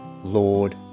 Lord